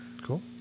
Cool